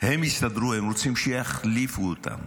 הם רוצים שיחליפו אותם,